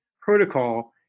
protocol